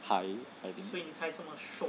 high I think